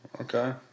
Okay